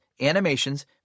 animations